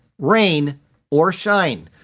rain or shine.